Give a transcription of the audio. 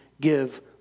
give